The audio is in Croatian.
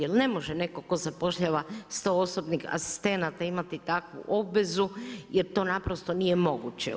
Jel ne može neko ko zapošljava 100 osobnih asistenata imati takvu obvezu jer to naprosto nije moguće.